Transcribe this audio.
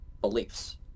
beliefs